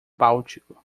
báltico